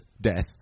death